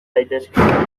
daitezke